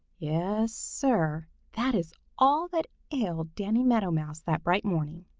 yes, sir, that is all that ailed danny meadow mouse that bright morning.